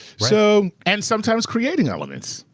so and sometimes creating elements.